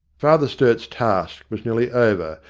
father sturt's task was nearly over,